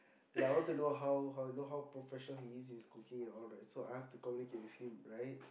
like I want to know how how you know how professional he is in his cooking and all that so I have to communicate with him right